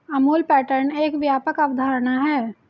Amul pattern एक व्यापक अवधारणा है